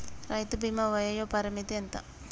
రైతు బీమా వయోపరిమితి ఎంత?